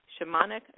shamanic